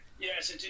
yes